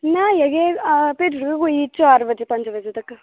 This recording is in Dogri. इयै कोई भजी ओड़ेओ चार बजे तगर पज बजे तगर